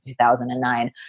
2009